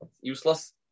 useless